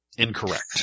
Incorrect